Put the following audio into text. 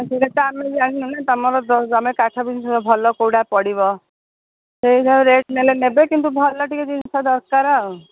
ସେଇଟା ତ ଆମେ ଜାଣିନୁ ନା ତୁମର ତୁମେ କାଠ ବିଜିନେସ୍ ଭଲ କୋଉଟା ପଡ଼ିବ ସେଇ ହିସାବରେ ରେଟ୍ ନେଲେ ନେବେ କିନ୍ତୁ ଭଲ ଟିକେ ଜିନିଷ ଦରକାର ଆଉ